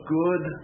good